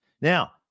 now